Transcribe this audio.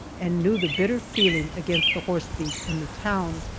and knew the bitter feeling against the horse thief in the town.